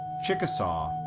chickasaw,